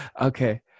Okay